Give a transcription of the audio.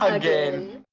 ah again!